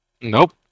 Nope